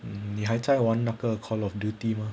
你还在玩那个 call of duty 吗